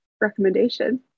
recommendation